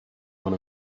one